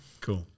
Cool